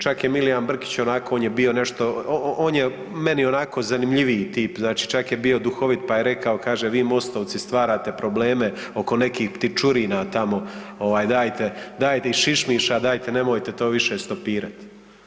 Čak je Milijan Brkić onako, on je bio nešto, on je meni onako zanimljiviji tip znači čak je bio duhovit pa je rekao kaže vi MOST-ovci stvarate probleme oko nekih ptičurina tamo ovaj dajte, dajte i šišmiša dajte nemojte to više stopirati.